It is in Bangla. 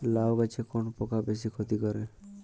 লাউ গাছে কোন পোকা বেশি ক্ষতি করে?